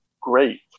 great